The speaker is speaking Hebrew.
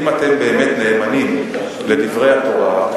אם אתם באמת נאמנים לדברי התורה,